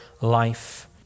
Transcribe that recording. life